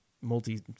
multi